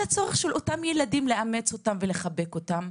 על הצורך של אותם ילדים לאמץ אותם ולחבק אותם,